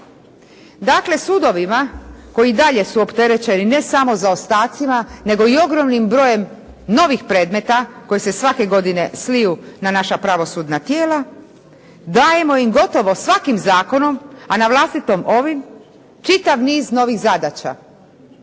Dakle sudovima koji i dalje su opterećeni ne samo zaostacima nego i ogromnim brojem novih predmeta koji se svake godine sliju na naša pravosudna tijela, dajemo im gotovo svakim zakonom, a na vlastito ovim, čitav niz novih zadaća,